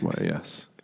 yes